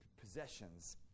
possessions